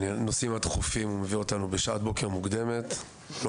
שהביא אותנו בשעת בוקר מוקדמת בשל הנושאים הדחופים.